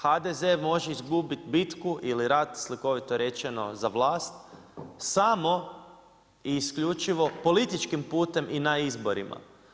HDZ može izgubiti bitku ili rat slikovito rečeno za vlast, samo i isključivo političkim putem i na izborima.